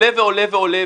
עולה ועולה ועולה,